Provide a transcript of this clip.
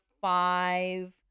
five